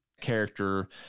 character